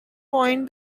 point